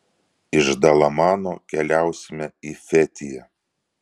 iš dalamano keliausime į fetiją